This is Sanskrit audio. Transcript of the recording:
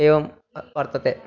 एवं वर्तते